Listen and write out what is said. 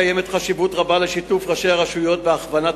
קיימת חשיבות רבה לשיתוף ראשי הרשויות בהכוונת